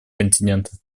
континента